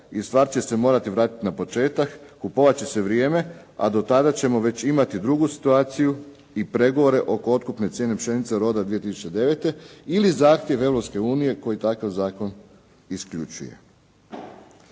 i stvar će se morati vratiti na početak, kupovat će se vrijeme, a do tada ćemo imati već drugu situaciju i pregovore oko otkupne cijene pšenice roda 2009. ili zahtjev Europske unije koji takav zakon isključuje.